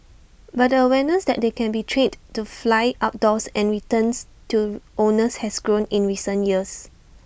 but the awareness that they can be trained to fly outdoors and returns to owners has grown in recent years